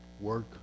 work